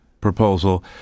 proposal